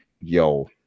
yo